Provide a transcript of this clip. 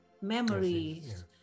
memories